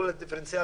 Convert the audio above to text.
הדיפרנציאלי,